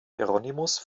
hieronymus